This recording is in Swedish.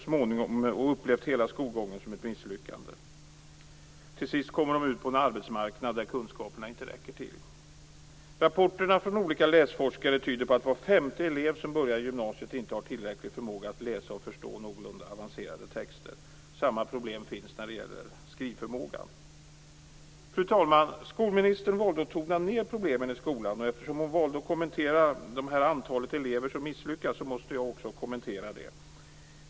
Till sist kommer de ut på en arbetsmarknad där kunskaperna inte räcker till. Rapporterna från olika läsforskare tyder på att var femte elev som börjar i gymnasiet inte har tillräcklig förmåga att läsa och förstå någorlunda avancerade texter. Samma problem finns när det gäller skrivförmågan. Fru talman! Skolministern valde att tona ned problemen i skolan. Eftersom hon valde att kommentera det antal elever som misslyckas måste jag också göra det.